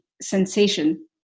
sensation